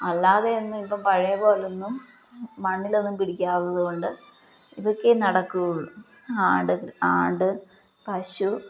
അല്ലാതെയൊന്നും ഇപ്പോള് പഴയ പോലൊന്നും മണ്ണിലൊന്നും പിടിക്കാത്തതുകൊണ്ട് ഇതൊക്കെയേ നടക്കൂകയുള്ളൂ ആട് ആട് പശു